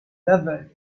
laval